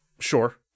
Sure